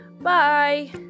Bye